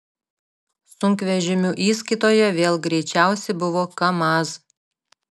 sunkvežimių įskaitoje vėl greičiausi buvo kamaz